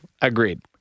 Agreed